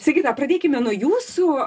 sigita pradėkime nuo jūsų